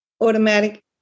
automatic